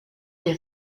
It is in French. les